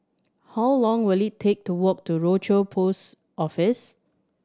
how long will it take to walk to Rochor Post Office